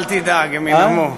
אל תדאג, הם ינאמו.